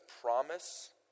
promise